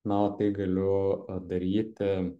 na o tai galiu daryti